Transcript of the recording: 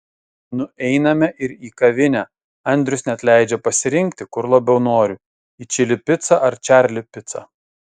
nueiname ir į kavinę andrius net leidžia pasirinkti kur labiau noriu į čili picą ar čarli picą